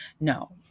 No